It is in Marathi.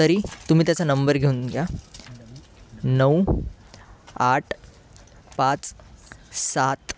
तरी तुम्ही त्याचा नंबर घेऊन घ्या नऊ आठ पाच सात